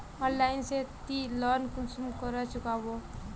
Online से ती loan कुंसम करे चुकाबो?